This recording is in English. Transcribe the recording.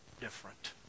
different